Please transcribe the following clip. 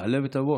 תעלה ותבוא